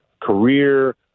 career